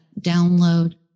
download